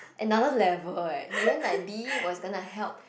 another level eh B was gonna help